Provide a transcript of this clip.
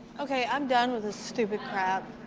okay, i'm done with this stupid crap.